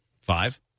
Five